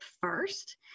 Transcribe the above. first